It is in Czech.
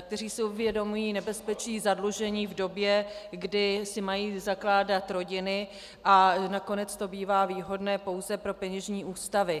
kteří si uvědomují nebezpečí zadlužení v době, kdy si mají zakládat rodiny, a nakonec to bývá výhodné pouze pro peněžní ústavy.